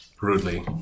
rudely